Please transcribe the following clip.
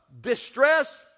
Distress